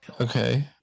Okay